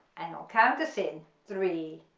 and i'll count us in three,